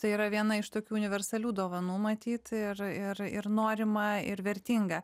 tai yra viena iš tokių universalių dovanų matyt ir ir norima ir vertinga